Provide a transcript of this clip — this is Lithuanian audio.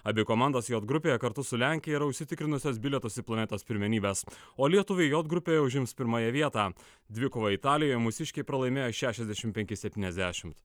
abi komandos j grupėje kartu su lenkija yra užsitikrinusios bilietus į planetos pirmenybes o lietuviai j grupėje užims pirmąją vietą dvikovą italijai mūsiškiai pralaimėjo šešiasdešimt penki septyniasdešimt